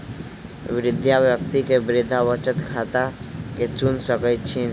वृद्धा व्यक्ति वृद्धा बचत खता के चुन सकइ छिन्ह